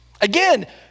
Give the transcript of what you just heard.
Again